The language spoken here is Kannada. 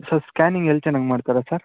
ಸರ್ ಸ್ಕ್ಯಾನಿಂಗ್ ಎಲ್ಲಿ ಚೆನ್ನಾಗಿ ಮಾಡ್ತಾರೆ ಸರ್